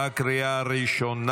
בקריאה הראשונה.